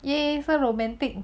ya so romantic